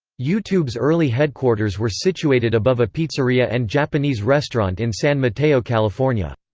youtube's early headquarters were situated above a pizzeria and japanese restaurant in san mateo, california.